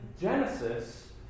Genesis